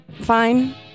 fine